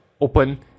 open